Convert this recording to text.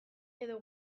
edo